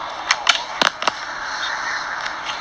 no no no my [one] is X_S max